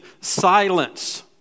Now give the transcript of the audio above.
silence